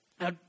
Now